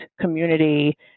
community